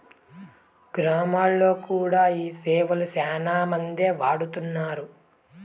గ్రామాల్లో కూడా ఈ సేవలు శ్యానా మందే వాడుతున్నారు